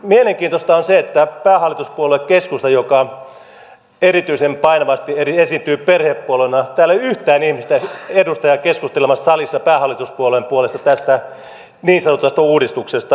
mielenkiintoista on se että päähallituspuolue keskustasta joka erityisen painavasti esiintyy perhepuolueena ei ole täällä salissa yhtään edustajaa keskustelemassa päähallituspuolueen puolesta tästä niin sanotusta uudistuksesta